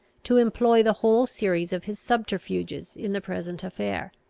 to employ the whole series of his subterfuges in the present affair.